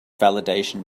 validation